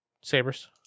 sabers